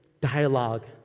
dialogue